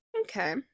Okay